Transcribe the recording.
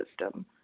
system